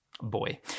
boy